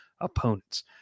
opponents